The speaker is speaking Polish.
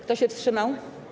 Kto się wstrzymał?